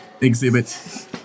exhibit